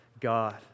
God